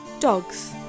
Dogs